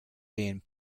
being